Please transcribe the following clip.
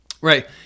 right